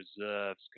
reserves